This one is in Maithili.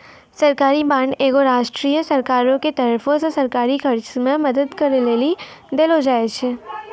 सरकारी बांड एगो राष्ट्रीय सरकारो के तरफो से सरकारी खर्च मे मदद करै लेली देलो जाय छै